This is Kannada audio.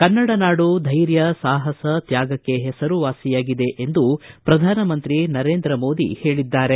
ಕನ್ನಡ ನಾಡು ಧೈರ್ಯ ಸಾಹಸ ತ್ಯಾಗಕ್ಕೆ ಹೆಸರುವಾಸಿಯಾಗಿದೆ ಎಂದು ಪ್ರಧಾನಮಂತ್ರಿ ನರೇಂದ್ರ ಮೋದಿ ಹೇಳದ್ದಾರೆ